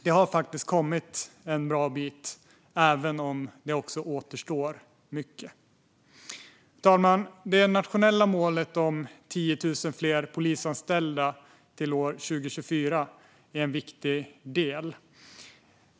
Det har faktiskt kommit en bra bit, även om mycket återstår. Fru talman! Det nationella målet om 10 000 fler polisanställda till år 2024 är en viktig del.